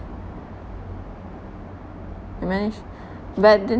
they managed but then